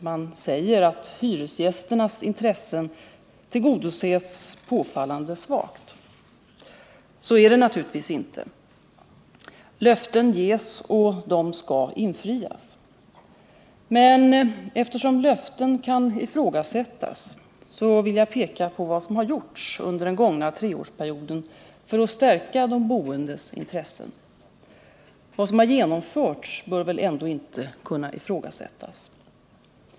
Man säger att hyresgästernas intressen tillgodoses påfallande svagt. Så är det naturligtvis inte. Löften ges och de skall infrias. Men eftersom löften kan ifrågasättas så vill jag peka på vad som har gjorts under den gångna treårsperioden för att stärka de boendes intressen. Vad som genomförts bör ändå inte kunna ifrågasättas.